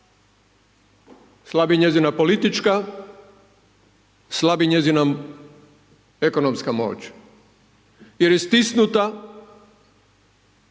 slabi njezina politička, slabi njezina ekonomska moć, jer je stisnuta